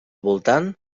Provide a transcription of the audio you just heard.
voltant